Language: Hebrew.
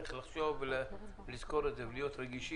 צריך לחשוב ולזכור את זה ולהיות רגישים.